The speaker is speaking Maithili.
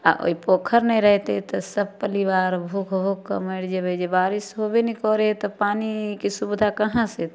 आओर ओ पोखरि नहि रहितै तऽ सभ परिवार भूख भूख कऽ मरि जेबै जे बारिश होबे नहि करै हइ तऽ पानिके सुविधा कहाँसँ अएतै